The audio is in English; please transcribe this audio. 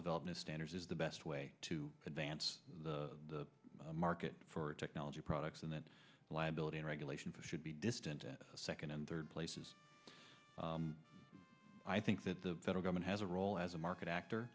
developed new standards is the best way to advance the market for technology products and that liability in regulation should be distant second and third places i think that the federal government has a role as a market actor